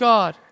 God